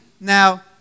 Now